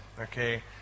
okay